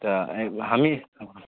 तऽ अइ हमहीँ